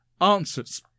answers